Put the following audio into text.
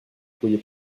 pourriez